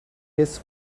his